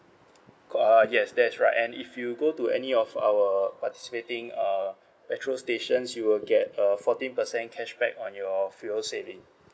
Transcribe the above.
co~ uh yes that's right and if you go to any of our participating uh petrol stations you will get a fourteen percent cashback on your fuel saving